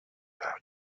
have